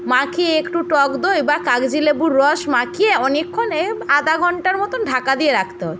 মাখিয়ে একটু টক দই বা কাগজি লেবুর রস মাখিয়ে অনেক্ষণ এ আধ ঘন্টার মতন ঢাকা দিয়ে রাখতে হয়